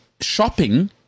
shopping